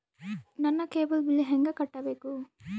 ನನ್ನ cable bill ಹೆಂಗ ಕಟ್ಟಬೇಕು?